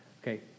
Okay